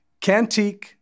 Cantique